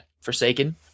Forsaken